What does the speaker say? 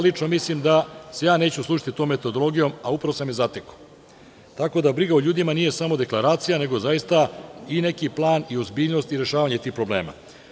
Lično mislim da se neću služiti tom metodologijom, a upravo sam je zatekao, tako da briga o ljudima nije samo deklaracija nego zaista i neki plan i ozbiljnost i rešavanje tih problema.